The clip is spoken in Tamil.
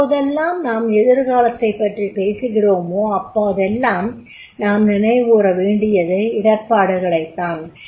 எப்போதெல்லாம் நாம் எதிர்காலத்தைப் பற்றிப் பேசுகிறோமோ அப்போதெல்லாம் நாம் நினைவுகூற வேண்டியது இடர்ப்பாடுகளைத்தான்